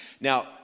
Now